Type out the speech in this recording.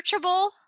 searchable